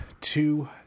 two